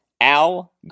Al